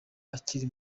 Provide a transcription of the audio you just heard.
akiri